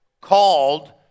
called